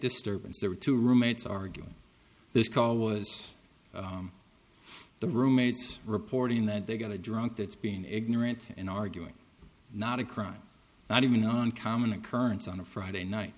disturbance there were two roommates arguing this call was the roommates reporting that they got a drunk that's being ignorant and arguing not a crime not even an uncommon occurrence on a friday night